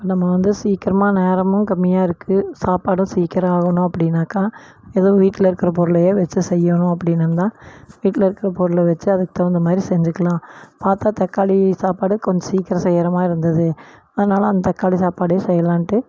நம்ம வந்து சீக்கிரமா நேரமும் கம்மியாக இருக்குது சாப்பாடும் சீக்கிரம் ஆகணும் அப்படின்னாக்கா ஏதோ வீட்டில இருக்கிற பொருளையே வச்சி செய்யணும் அப்படின்னு இருந்தால் வீட்டில இருக்கிற பொருளை வச்சு அதுக்கு தகுந்த மாதிரி செஞ்சிக்கலாம் பார்த்தா தக்காளி சாப்பாடு கொஞ்சம் சீக்கிரம் செய்கிற மாதிரி இருந்தது அதனால் அந்த தக்காளி சாப்பாடே செய்யலான்ட்டு